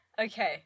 Okay